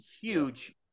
huge